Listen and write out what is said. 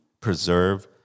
preserve